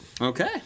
Okay